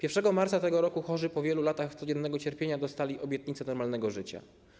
1 marca tego roku chorzy po wielu latach codziennego cierpienia dostali obietnicę normalnego życia.